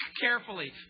carefully